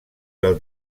del